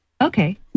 Okay